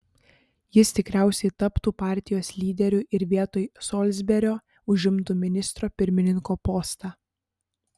jis tikriausiai taptų partijos lyderiu ir vietoj solsberio užimtų ministro pirmininko postą